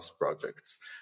projects